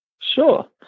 Sure